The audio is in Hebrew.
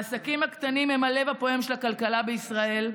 העסקים הקטנים הם הלב הפועם של הכלכלה בישראל.